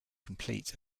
complete